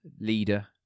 leader